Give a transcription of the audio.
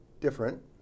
different